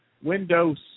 Windows